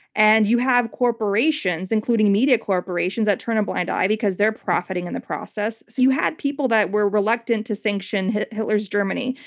and you have corporations, including media corporations, that turn a blind eye because they're profiting in the process. so you had people that were reluctant to sanction hitler's germany.